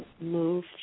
move